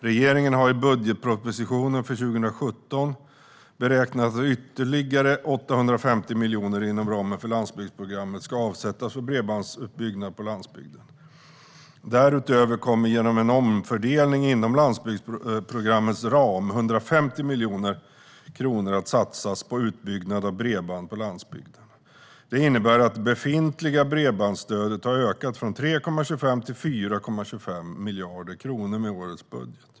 Regeringen har i budgetpropositionen för 2017 beräknat att ytterligare 850 miljoner inom ramen för landsbygdsprogrammet ska avsättas för bredbandsutbyggnad på landsbygden. Därutöver kommer, genom en omfördelning inom landsbygdsprogrammets ram, 150 miljoner kronor att satsas på utbyggnad av bredband på landsbygden. Det innebär att det befintliga bredbandsstödet har ökat från 3,25 till 4,25 miljarder kronor med vår budget.